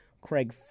Craig